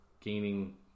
gaining